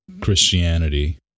Christianity